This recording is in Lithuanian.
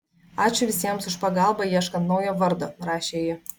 ačiū visiems už pagalbą ieškant naujo vardo rašė ji